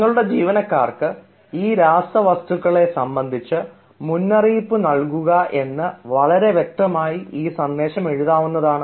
നിങ്ങളുടെ ജീവനക്കാർക്ക് ഈ രാസവസ്തുക്കളെ സംബന്ധിച്ച് മുന്നറിയിപ്പ് നൽകുക എന്ന് വളരെ വ്യക്തമായി ഈ സന്ദേശം എഴുതാവുന്നതാണ്